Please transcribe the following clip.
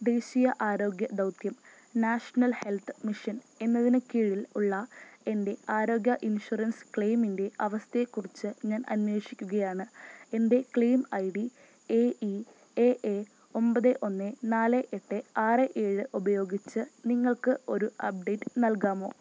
ദേശീയ ആരോഗ്യ ദൗത്യം നാഷണൽ ഹെൽത്ത് മിഷൻ എന്നതിന് കീഴിൽ ഉള്ള എൻ്റെ ആരോഗ്യ ഇൻഷുറൻസ് ക്ലെയിമിൻ്റെ അവസ്ഥയെക്കുറിച്ച് ഞാൻ അന്വേഷിക്കുകയാണ് എൻ്റെ claim I D A E A A ഒമ്പത് ഒന്ന് നാല് എട്ട് ആറ് ഏഴ് ഉപയോഗിച്ച് നിങ്ങൾക്ക് ഒരു അപ്ഡേറ്റ് നൽകാമോ